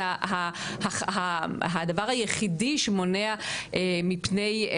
זה הדבר היחידי שמונע מפני,